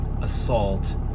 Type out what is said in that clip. assault